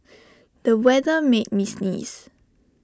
the weather made me sneeze